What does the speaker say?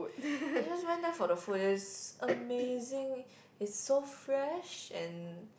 I just went there for the food is amazing is so fresh and